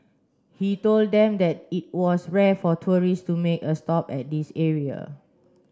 he told them that it was rare for tourists to make a stop at this area